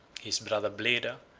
his brother bleda,